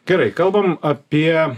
gerai kalbam apie